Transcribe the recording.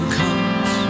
comes